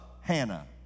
Hannah